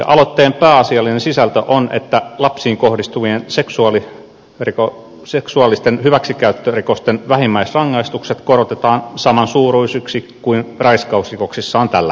aloitteen pääasiallinen sisältö on että lapsiin kohdistuvien seksuaalisten hyväksikäyttörikosten vähimmäisrangaistukset korotetaan samansuuruisiksi kuin raiskausrikoksissa on tällä hetkellä